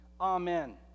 Amen